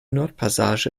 nordpassage